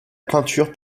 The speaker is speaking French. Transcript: peinture